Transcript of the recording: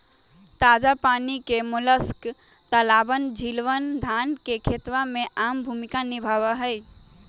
ताजा पानी के मोलस्क तालाबअन, झीलवन, धान के खेतवा में आम भूमिका निभावा हई